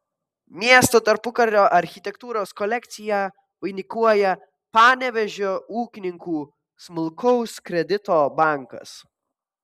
miesto tarpukario architektūros kolekciją vainikuoja panevėžio ūkininkų smulkaus kredito bankas